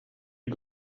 you